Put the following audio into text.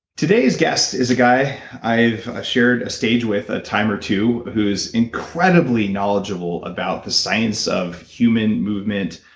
today's guest is a guy i've ah shared a stage with a time or two, who's incredibly knowledgeable about the science of human movement,